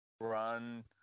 run